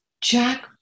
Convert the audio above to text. Jack